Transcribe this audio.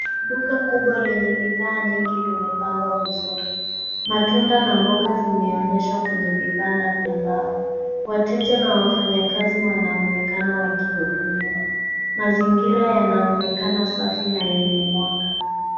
Duka kubwa lenye bidhaa nyingi limepangwa vizuri. Matunda na mboga zimeonyeshwa kwenye vibanda vya mbao. Wateja na wafanyakazi wanaonekana wakihudumiwa. Mazingira yanaonekana safi na yenye mwanga.